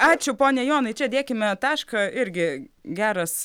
ačiū pone jonai čia dėkime tašką irgi geras